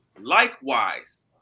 Likewise